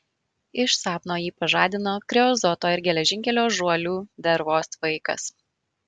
iš sapno jį pažadino kreozoto ir geležinkelio žuolių dervos tvaikas